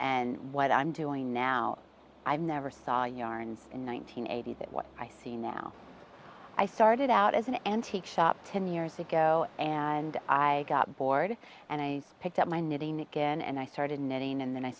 and what i'm doing now i never saw yarns in one nine hundred eighty that what i see now i started out as an antique shop ten years ago and i got bored and i picked up my knitting again and i started knitting and then i